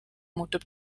muutub